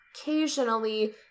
occasionally